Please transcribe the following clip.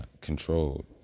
controlled